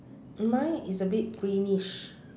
mine is a bit greenish